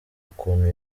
ukuntu